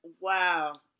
wow